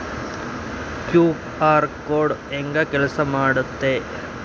QR code ಹೆಂಗ ಕೆಲಸ ಮಾಡುತ್ತೆ?